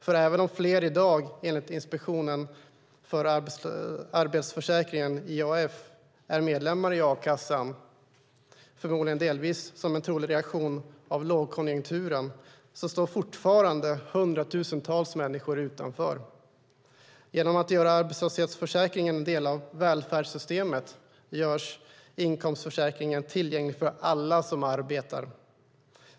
För även om fler i dag, enligt Inspektionen för arbetslöshetsförsäkringen, IAF, är medlemmar i a-kassan, förmodligen delvis som en trolig reaktion på lågkonjunkturen, så står fortfarande hundratusentals människor utanför. Genom att göra arbetslöshetsförsäkringen till en del av välfärdssystemet görs inkomstförsäkringen tillgänglig för alla som arbetar.